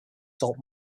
salt